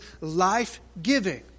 life-giving